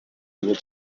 able